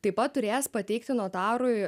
taip pat turės pateikti notarui